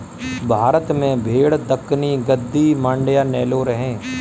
भारत में भेड़ दक्कनी, गद्दी, मांड्या, नेलोर है